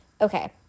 Okay